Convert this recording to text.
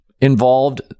involved